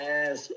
Yes